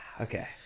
Okay